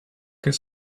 his